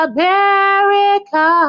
America